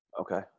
Okay